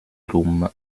rum